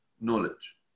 knowledge